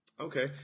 Okay